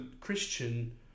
Christian